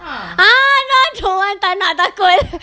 ah n~ I don't want tak nak takut